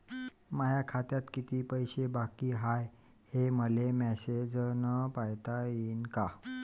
माया खात्यात कितीक पैसे बाकी हाय, हे मले मॅसेजन पायता येईन का?